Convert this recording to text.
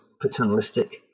paternalistic